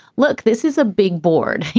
look, this is a big board.